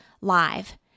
live